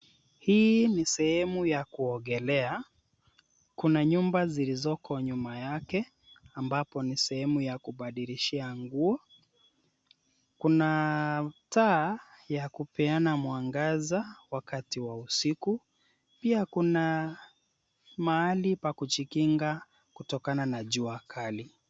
Hii ni sehemu ya kuogelea, kuna nyumba zilizo nyuma yake ambazo ni za kubadilishia nguo, kuna taa ya kupeana mwangaza wakati wa usiku pia kuna mahali pa kujikinga kutokana na jua kali.